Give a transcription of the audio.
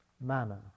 manner